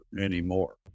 anymore